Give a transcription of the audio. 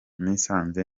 nisanze